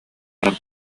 баран